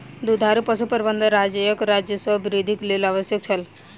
दुधारू पशु प्रबंधन राज्यक राजस्व वृद्धिक लेल आवश्यक छल